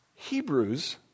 Hebrews